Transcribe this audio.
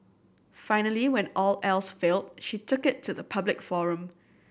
finally when all else failed she took it to the public forum